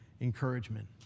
encouragement